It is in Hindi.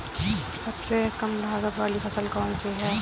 सबसे कम लागत वाली फसल कौन सी है?